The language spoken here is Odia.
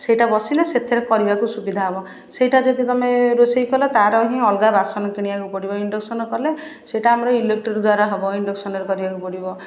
ସେଇଟା ବସିଲେ ସେଥିରେ କରିବାକୁ ସୁବିଧା ହେବ ସେଇଟା ଯଦି ତୁମେ ରୋଷେଇ କଲ ତା'ର ହିଁ ଅଲଗା ବାସନ କିଣିବାକୁ ପଡ଼ିବ ଇଣ୍ଡକ୍ସନ୍ କଲେ ସେଇଟା ଆମର ଇଲେକ୍ଟ୍ରି ଦ୍ଵାରା ହେବ ଇଣ୍ଡକ୍ସନରେ କରିବାକୁ ପଡ଼ିବ